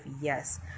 yes